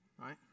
right